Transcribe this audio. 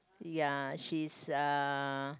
ya she's uh